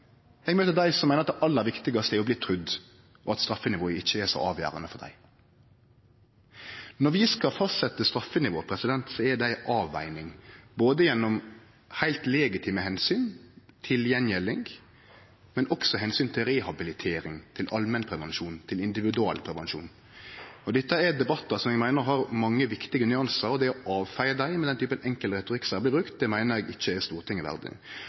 eg møter dei som meiner at det aller viktigaste er å bli trudd, og at straffenivået ikkje er så avgjerande for dei. Når vi skal fastsetje straffenivået, er det ei avveging av heilt legitime omsyn til gjengjelding, men også av omsyn til rehabilitering, til allmennprevensjon, til individuell prevensjon. Dette er debattar som eg meiner har mange viktige nyansar, og det å avfeie dei med den typen enkel retorikk som her blir brukt, meiner eg ikkje er Stortinget